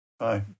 Hi